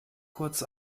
kurz